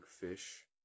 fish